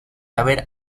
haber